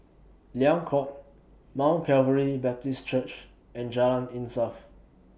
Liang Court Mount Calvary Baptist Church and Jalan Insaf